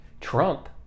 Trump